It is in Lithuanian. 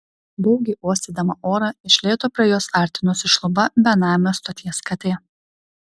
baugiai uostydama orą iš lėto prie jos artinosi šluba benamė stoties katė